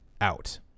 out